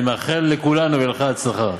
אני מאחל לכולנו ולך הצלחה.